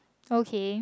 okay